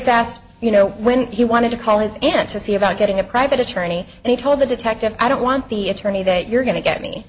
asked you know when he wanted to call his aunt to see about getting a private attorney and he told the detective i don't want the attorney that you're going to get me